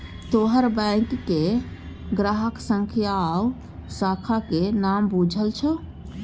तोहर बैंकक ग्राहक संख्या आ शाखाक नाम बुझल छौ